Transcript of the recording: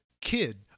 kid